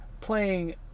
playing